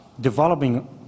developing